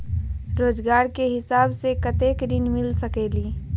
रोजगार के हिसाब से कतेक ऋण मिल सकेलि?